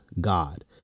God